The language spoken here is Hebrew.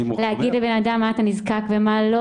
להגיד לבנאדם מה אתה נזקק ומה לא.